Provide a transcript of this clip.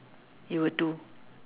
you would do